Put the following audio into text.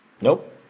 Nope